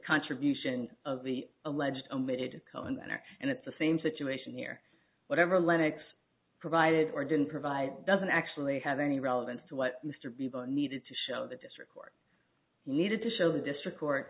contribution of the alleged omitted cohen act and it's the same situation here whatever lennix provided or didn't provide doesn't actually have any relevance to what mr beaver needed to show the district court needed to show the district court